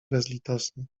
bezlitosny